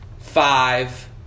five